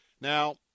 Now